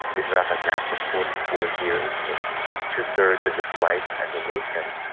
israel has now for forty four years, for two-thirds of its life, as a nation,